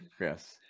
yes